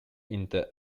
into